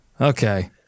Okay